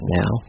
now